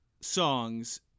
songs